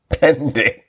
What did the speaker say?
Pending